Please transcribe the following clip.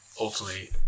ultimately